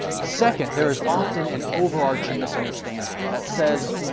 second, there is often an overarching misunderstanding that says,